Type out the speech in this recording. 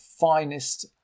finest